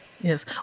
Yes